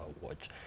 watch